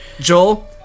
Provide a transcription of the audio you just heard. Joel